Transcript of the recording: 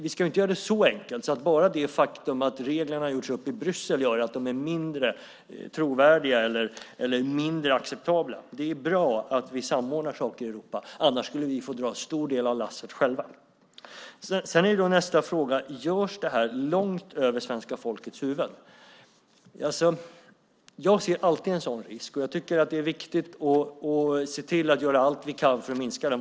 Vi ska inte göra det så enkelt att bara det faktum att reglerna har gjorts upp i Bryssel gör att de är mindre trovärdiga eller mindre acceptabla. Det är bra att vi samordnar saker i Europa. Annars skulle vi få dra en stor del av lasset själva. Nästa fråga är om det här görs långt över svenska folkets huvuden. Jag ser alltid en sådan risk. Jag tycker att det är viktigt att vi gör allt vi kan för att minska den.